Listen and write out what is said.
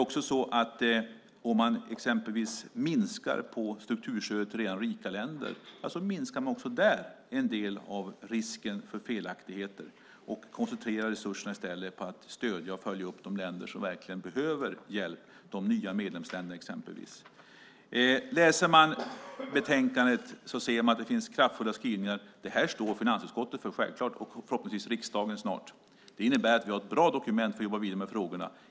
Om man minskar på strukturstödet till redan rika länder minskar man också där en del av risken för felaktigheter och koncentrerar i stället resurserna på att stödja och följa upp de länder som verkligen behöver hjälp, exempelvis de nya medlemsländerna. Läser man utlåtandet ser man att det finns kraftfulla skrivningar. Detta står finansutskottet självklart för, och förhoppningsvis snart också riksdagen. Det innebär att vi har ett bra dokument för att jobba vidare med frågorna.